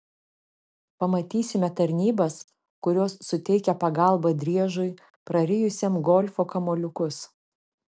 pamatysime tarnybas kurios suteikia pagalbą driežui prarijusiam golfo kamuoliukus